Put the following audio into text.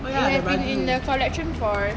in in the collection for